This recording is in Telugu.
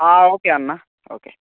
ఓకే అన్నా ఓకే